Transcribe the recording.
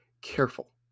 Careful